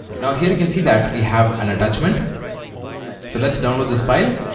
now here you can see that we have an attachment so let's download this file